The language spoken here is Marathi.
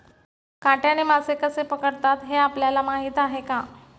काट्याने मासे कसे पकडतात हे आपल्याला माहीत आहे का?